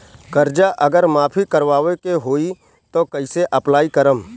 कर्जा अगर माफी करवावे के होई तब कैसे अप्लाई करम?